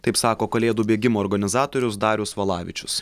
taip sako kalėdų bėgimo organizatorius darius valavičius